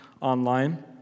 online